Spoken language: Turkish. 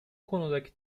konudaki